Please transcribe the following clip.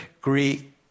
Greek